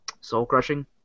soul-crushing